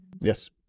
Yes